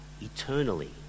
eternally